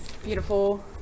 Beautiful